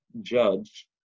judge